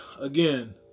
again